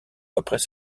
après